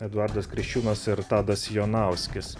eduardas kriščiūnas ir tadas jonauskis